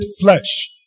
flesh